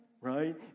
right